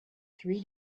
three